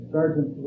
Sergeant